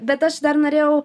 bet aš dar norėjau